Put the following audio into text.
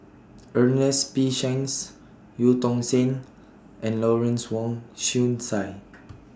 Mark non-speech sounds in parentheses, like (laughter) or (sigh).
(noise) Ernest P Shanks EU Tong Sen and Lawrence Wong Shyun Tsai